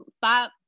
five